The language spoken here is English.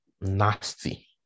nasty